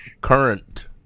current